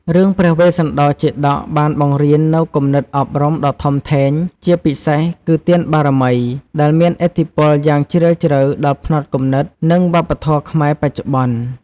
រឿងព្រះវេស្សន្តរជាតកបានបង្រៀននូវគំនិតអប់រំដ៏ធំធេង ជាពិសេសគឺ ទានបារមី ដែលមានឥទ្ធិពលយ៉ាងជ្រាលជ្រៅដល់ផ្នត់គំនិត និងវប្បធម៌ខ្មែរបច្ចុប្បន្ន។